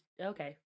okay